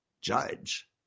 judge